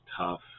tough